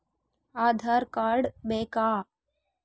Aadhaar card ಬೇಕಾ?